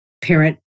parent